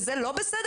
וזה לא בסדר,